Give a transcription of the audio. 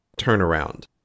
turnaround